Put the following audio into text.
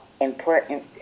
important